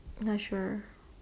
not sure